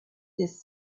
this